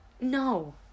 No